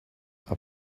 are